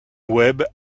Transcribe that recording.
webb